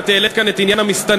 את העלית כאן את עניין המסתננים,